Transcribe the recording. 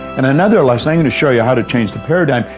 in another lesson, i'm going to show you how to change the paradigm.